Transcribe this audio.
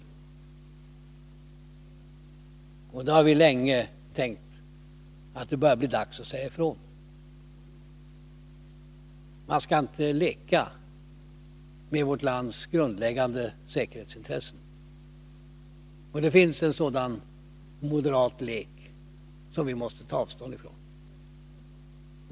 Vi har nu länge tänkt att det börjar bli dags att säga ifrån. Man skall inte leka med vårt lands grundläggande säkerhetsintressen. Det finns en sådan moderat lek, som vi måste ta avstånd från.